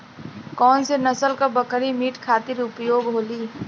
कौन से नसल क बकरी मीट खातिर उपयोग होली?